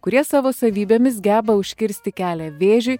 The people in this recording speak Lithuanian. kurie savo savybėmis geba užkirsti kelią vėžiui